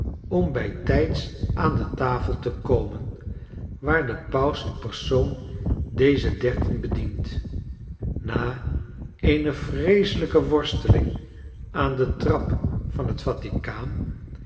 om bijtijds aan de tafel te komen waar de paus in persoon deze dertien bedient jsta eene vreeselijke worsteling aan de trap van het vatikaan